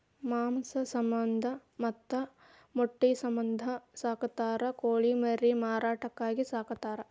ಮಾಂಸದ ಸಮಂದ ಮತ್ತ ಮೊಟ್ಟಿ ಸಮಂದ ಸಾಕತಾರ ಕೋಳಿ ಮರಿ ಮಾರಾಟಕ್ಕಾಗಿನು ಸಾಕತಾರ